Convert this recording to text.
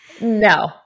No